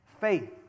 faith